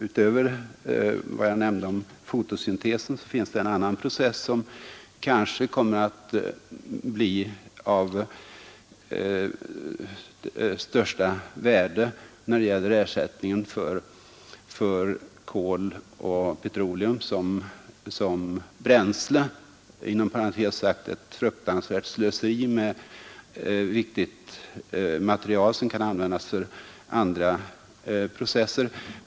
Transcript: Utöver vad jag nämnde om fotosyntesen finns en annan process som kanske kommer att bli av största värde när det gäller att finna en ersättning för kol och petroleum som bränsle — det är inom parentes sagt ett fruktansvärt slöseri att bränna ett viktigt material som borde användas för andra processer.